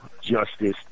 justice